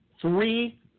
Three